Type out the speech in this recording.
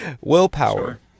willpower